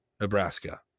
Nebraska